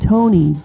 Tony